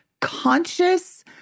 conscious